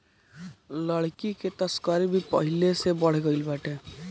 लकड़ी के तस्करी भी पहिले से बढ़ गइल बाटे